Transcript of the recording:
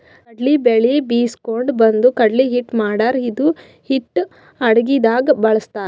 ಕಡ್ಲಿ ಬ್ಯಾಳಿ ಬೀಸ್ಕೊಂಡು ಬಂದು ಕಡ್ಲಿ ಹಿಟ್ಟ್ ಮಾಡ್ತಾರ್ ಇದು ಹಿಟ್ಟ್ ಅಡಗಿದಾಗ್ ಬಳಸ್ತಾರ್